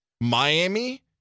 Miami